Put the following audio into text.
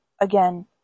again